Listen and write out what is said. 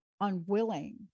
unwilling